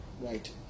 Right